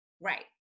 Right